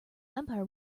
empire